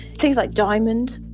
things like diamond.